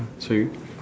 sorry